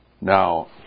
Now